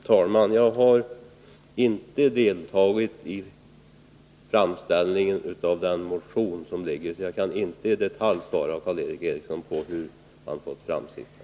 Herr talman! Jag har inte deltagit i framställningen av den motion som föreligger, så jag kan inte i detalj svara Karl Erik Eriksson på hur man fått fram siffrorna.